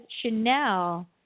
Chanel